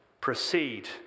Proceed